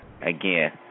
Again